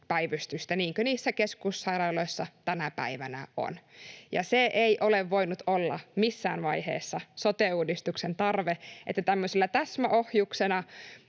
päivystystä, niin kuin niissä keskussairaaloissa tänä päivänä on. Se ei ole voinut olla missään vaiheessa sote-uudistuksen tarve, että tämmöisenä